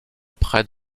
près